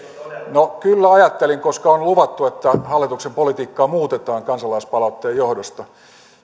no kyllä ajattelin koska on luvattu että hallituksen politiikkaa muutetaan kansalaispalautteen johdosta